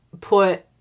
put